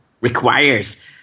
requires